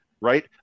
right